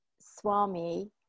swami